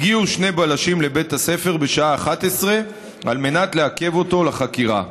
הגיעו שני בלשים לבית הספר בשעה 11:00 על מנת לעכב אותו לחקירה.